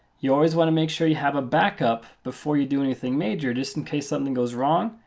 you always want to make sure you have a backup before you do anything major just in case something goes wrong.